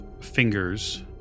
fingers